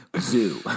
Zoo